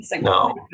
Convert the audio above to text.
No